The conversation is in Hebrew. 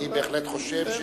אני בהחלט חושב,